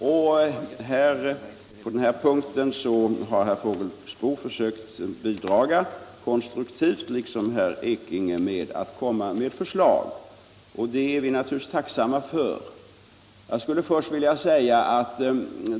På den här punkten har herr Fågelsbo liksom herr Ekinge försökt bidra konstruktivt genom att komma med förslag, och det är vi naturligtvis tacksamma för.